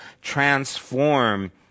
transform